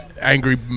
angry